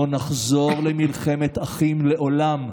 לא נחזור למלחמת אחים לעולם.